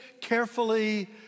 carefully